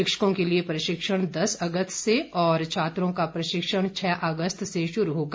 शिक्षकों के लिए प्रशिक्षण दस अगस्त से और छात्रों का प्रशिक्षण छह अगस्त से शुरू होगा